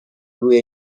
روی